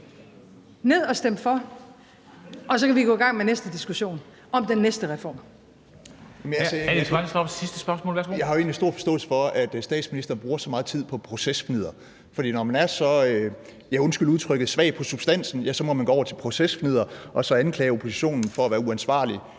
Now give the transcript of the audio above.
sidste spørgsmål. Værsgo. Kl. 14:07 Alex Vanopslagh (LA): Jeg har jo egentlig stor forståelse for, at statsministeren bruger så meget tid på procesfnidder, for når man er så, ja, undskyld udtrykket, svag i substansen, må man gå over til procesfnidder og så anklage oppositionen for at være uansvarlig,